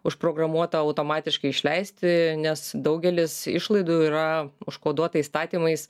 užprogramuota automatiškai išleisti nes daugelis išlaidų yra užkoduota įstatymais